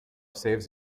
saves